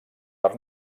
per